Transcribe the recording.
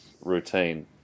routine